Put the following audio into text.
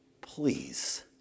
Please